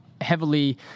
heavily